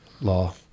law